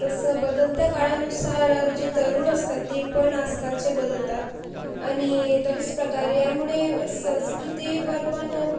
तसं बदलत्या काळानुसार जे तरुण असतात ते पण आजकालचे बदलतात आणि तशाच प्रकारे यामुळे संस्कृतीवर पण